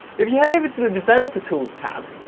if you head over to the developer tools tab,